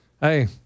hey